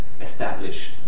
establish